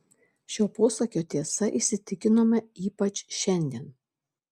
šio posakio tiesa įsitikinome ypač šiandien